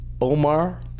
Omar